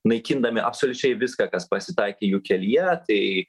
naikindami absoliučiai viską kas pasitaikė jų kelyje tai